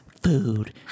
food